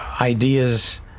ideas